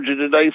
today